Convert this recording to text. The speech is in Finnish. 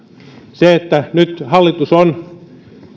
nyt hallitus on